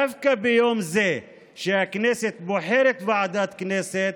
דווקא ביום זה שהכנסת בוחרת ועדת כנסת,